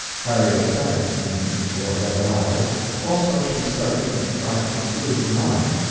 harriet sang evenings or read aloud also she studied and tried to improve her mind,